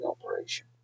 operation